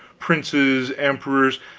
princes, emperors,